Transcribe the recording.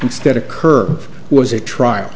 instead of curve was a trial